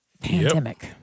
pandemic